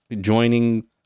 joining